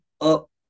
up